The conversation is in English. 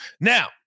Now